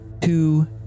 two